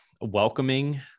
welcoming